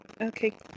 Okay